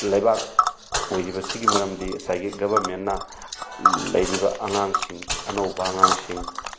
ꯂꯩꯕꯥꯛ ꯑꯣꯏꯔꯤꯕꯁꯤꯒꯤ ꯃꯔꯝꯗꯤ ꯉꯁꯥꯏꯒꯤ ꯒꯕꯔꯃꯦꯟꯅ ꯂꯩꯔꯤꯕ ꯑꯉꯥꯡꯁꯤꯡ ꯑꯅꯧꯕ ꯑꯉꯥꯡꯁꯤꯡ